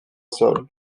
sol